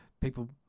people